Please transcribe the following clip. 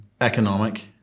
economic